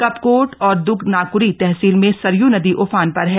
कपकोट और दग नाक़री तहसील में सरयू नदी उफान पर है